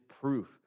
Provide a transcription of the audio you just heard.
proof